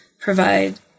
provide